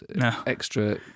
extra